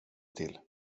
till